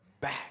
back